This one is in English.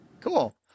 Cool